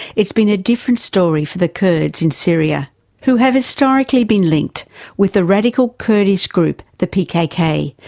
it's been a different story for the kurds in syria who have historically been linked with the radical kurdish group the pkk,